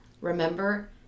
remember